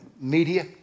media